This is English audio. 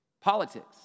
politics